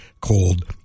called